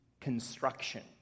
construction